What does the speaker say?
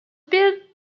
built